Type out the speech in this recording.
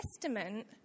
Testament